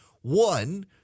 One